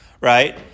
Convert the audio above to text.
right